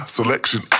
selection